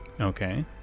okay